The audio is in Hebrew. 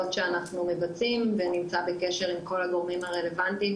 שאנחנו מבצעים ונמצא בקשר עם כל הגורמים הרלוונטיים,